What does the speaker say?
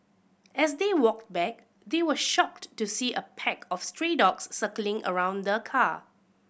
as they walked back they were shocked to see a pack of stray dogs circling around the car